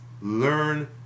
learn